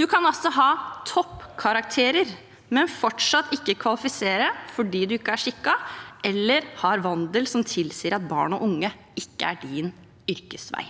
Man kan ha toppkarakterer, men fortsatt ikke kvalifisere fordi man ikke er skikket, eller har en vandel som tilsier at barn og unge ikke er rett yrkesvei.